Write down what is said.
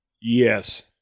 Yes